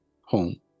home